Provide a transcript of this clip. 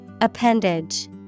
Appendage